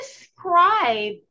describe